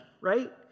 right